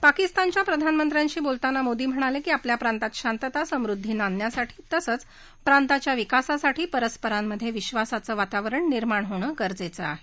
पाकिस्तानच्या प्रधानमंत्र्यांशी बोलताना मोदी म्हणाले की आपल्या प्रांतात शांतता समृद्धी नांदण्यासाठी तसंच प्रांताच्या विकासासाठी परस्परांमधे विश्वासाचं वातावरण निर्माण होणं गरजेचं आहे